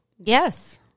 yes